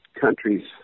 countries